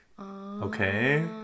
okay